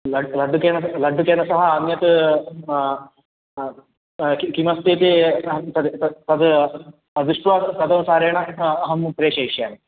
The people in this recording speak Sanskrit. लड्डुकेन लड्डुकेन सह अन्यत् किं किमस्तीति तद् तद् दृष्ट्वा तदनुसारेण अहं प्रेषयिष्यामि